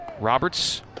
Roberts